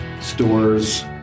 stores